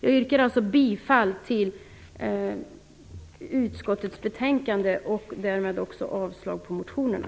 Jag yrkar alltså bifall till hemställan i utskottets betänkande och därmed också avslag på motionerna.